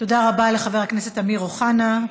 תודה רבה לחבר הכנסת אמיר אוחנה.